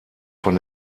von